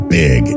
big